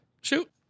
Shoot